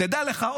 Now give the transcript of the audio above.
תדע לך,